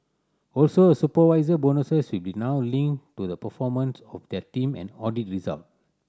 also supervisor bonuses will be now linked to the performance of their team and audit result